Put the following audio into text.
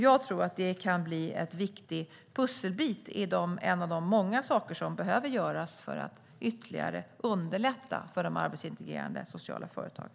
Jag tror att det kan bli en viktig pusselbit bland de många saker som behöver göras för att ytterligare underlätta för de arbetsintegrerande sociala företagen.